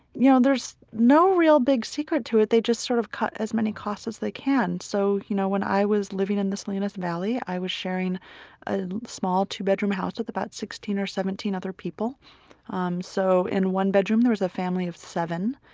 yeah and there's no real big secret to it, they just sort of cut as many costs as they can. so you know when i was living in the salinas valley, i was sharing a small, two-bedroom house with about sixteen or seventeen other people um so in one bedroom there was a family of seven.